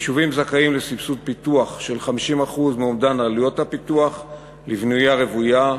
היישובים זכאים לסבסוד פיתוח של 50% מאומדן עלויות הפיתוח לבנייה רוויה,